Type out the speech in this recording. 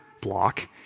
block